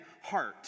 heart